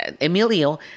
Emilio